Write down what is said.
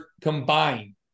combined